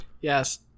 Yes